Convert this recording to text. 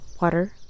water